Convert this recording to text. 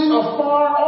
afar